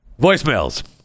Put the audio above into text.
Voicemails